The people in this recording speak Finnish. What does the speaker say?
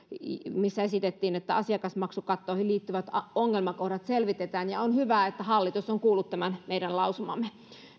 missä esitettiin että asiakasmaksukattoihin liittyvät ongelmakohdat selvitetään on hyvä että hallitus on kuullut tämän meidän lausumamme